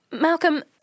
Malcolm